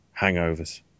hangovers